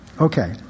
Okay